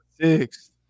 Six